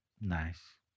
nice